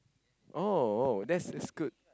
oh oh that's that's good